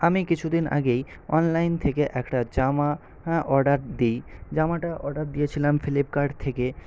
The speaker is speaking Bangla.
আমি কিছুদিন আগেই অনলাইন থেকে একটা জামা হ্যাঁ অর্ডার দি জামাটা অর্ডার দিয়েছিলাম ফ্লিপকার্ট থেকে